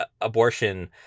abortion